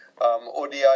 ODI